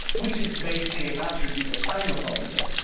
which is basically an attribute of sinophobia.